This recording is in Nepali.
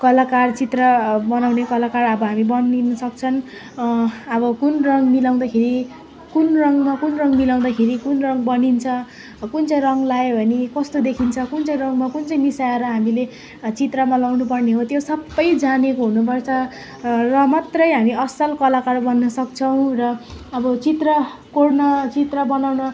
कलाकार चित्र बनाउने कलाकार अब हामी बनिन सक्छन् अब कुन रङ मिलाउँदाखेरि कुन रङमा कुन मिलाउँदाखेरि रङ बनिन्छ कुन चाहिँ रङ लहायो भने कस्तो देखिन्छ कुन चाहिँ रङमा कुन चाहिँ मिसाएर हामीले चित्रमा लगाउनु पर्ने हो त्यो सबै जानेको हुनुपर्छ र मात्रै हामी असल कलाकार बन्न सक्छौँ र अब चित्र कोर्न चित्र बनाउन